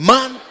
Man